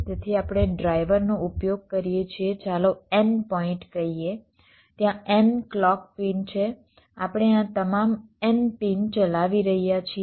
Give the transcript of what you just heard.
તેથી આપણે ડ્રાઈવરનો ઉપયોગ કરીએ છીએ ચાલો N પોઈન્ટ કહીએ ત્યાં N ક્લૉક પિન છે આપણે આ તમામ N પીન ચલાવી રહ્યા છીએ